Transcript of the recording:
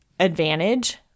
advantage